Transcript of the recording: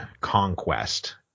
conquest